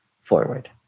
forward